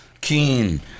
keen